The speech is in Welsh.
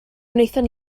wnaethon